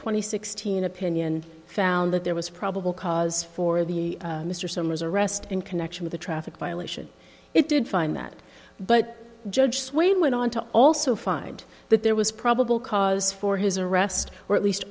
and sixteen opinion found that there was probable cause for the mr summers arrest in connection with a traffic violation it did find that but judge swain went on to also find that there was probable cause for his arrest or at least